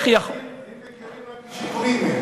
הם מכירים רק כשקונים מהם.